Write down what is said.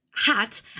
hat